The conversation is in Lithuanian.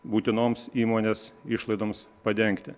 būtinoms įmonės išlaidoms padengti